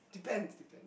depends